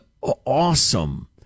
awesome